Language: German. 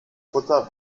futter